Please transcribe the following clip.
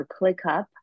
ClickUp